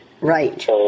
Right